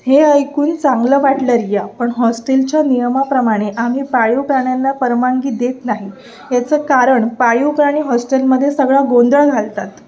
हे ऐकून चांगलं वाटलं रिया पण हॉस्टेलच्या नियमाप्रमाणे आम्ही पाळीव प्राण्यांना परवानगी देत नाही याचं कारण पाळीव प्राणी हॉस्टेलमध्ये सगळा गोंधळ घालतात